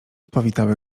powitały